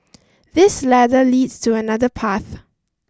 this ladder leads to another path